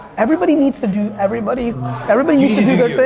everybody needs to do. everybody everybody needs to do their